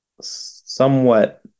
somewhat